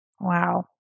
Wow